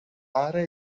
fare